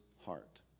heart